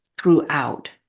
throughout